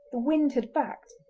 the wind had backed,